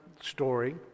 story